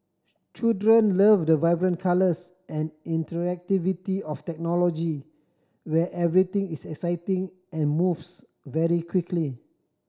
children love the vibrant colours and interactivity of technology where everything is exciting and moves very quickly